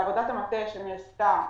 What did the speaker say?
בעבודת המטה שנעשתה